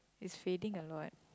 it's fading a lot